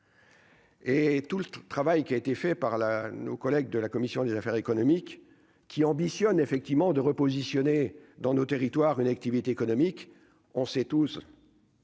Et tout le travail qui a été fait par là, nos collègues de la commission des affaires économiques, qui ambitionne effectivement de repositionner dans nos territoires, une activité économique, on sait tous.